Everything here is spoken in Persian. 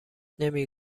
نمی